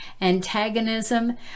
antagonism